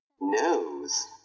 nose